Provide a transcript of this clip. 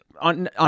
on